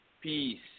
peace